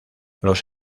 los